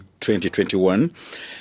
2021